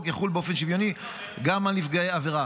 יחול באופן שוויוני גם על נפגעי העבירה.